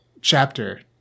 chapter